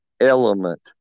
element